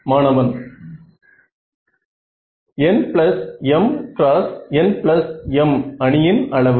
மாணவன் nm × nm அணியின் அளவு